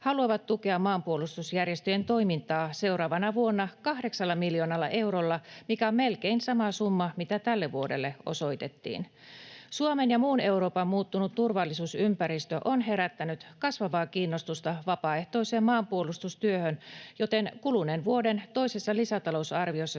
haluavat tukea maanpuolustusjärjestöjen toimintaa seuraavana vuonna kahdeksalla miljoonalla eurolla, mikä on melkein sama summa kuin mitä tälle vuodelle osoitettiin. Suomen ja muun Euroopan muuttunut turvallisuusympäristö on herättänyt kasvavaa kiinnostusta vapaaehtoiseen maanpuolustustyöhön, joten kuluneen vuoden toisessa lisätalousarviossa siihen